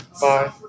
Bye